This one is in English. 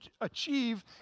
achieve